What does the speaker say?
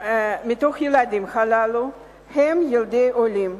הילדים הללו הם ילדי עולים,